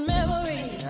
Memories